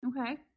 Okay